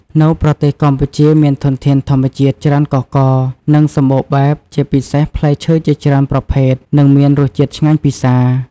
នៅប្រទេសកម្ពុជាមានធនធានធម្មជាតិច្រើនកុះករ និងសម្បូរបែបជាពិសេសផ្លែឈើជាច្រើនប្រភេទនិងមានរសជាតិឆ្ងាញ់ពិសារ។